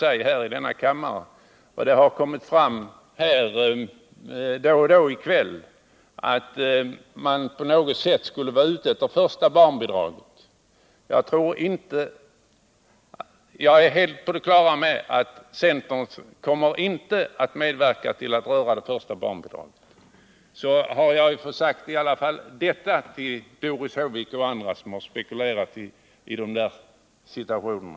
Det har då och då i kväll kommit fram att man på något sätt skulle vara ute efter det första barnbidraget. Jag vill klart deklarera att centern inte kommer att medverka till att man rör vid det första barnbidraget. Därmed har jag fått säga det till Doris Håvik och andra som spekulerat i detta.